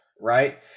right